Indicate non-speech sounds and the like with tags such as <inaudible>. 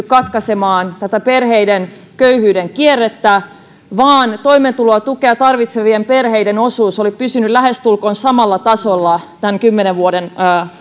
<unintelligible> katkaisemaan perheiden köyhyyden kierrettä vaan toimeentulotukea tarvitsevien perheiden osuus oli pysynyt lähestulkoon samalla tasolla tämän kymmenen vuoden